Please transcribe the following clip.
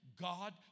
God